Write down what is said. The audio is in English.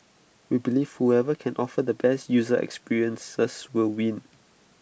we believe whoever can offer the best user experiences will win